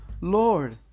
Lord